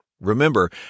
Remember